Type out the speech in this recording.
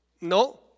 no